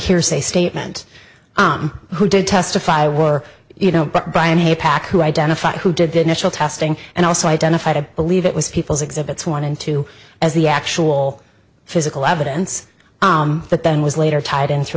hearsay statement who did testify were you know but by a pack who identified who did the initial testing and also identify to believe it was people's exhibits one and two as the actual physical evidence that then was later tied into